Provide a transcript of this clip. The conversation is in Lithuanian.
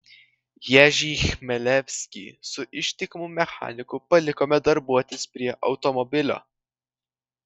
ježį chmelevskį su ištikimu mechaniku palikome darbuotis prie automobilio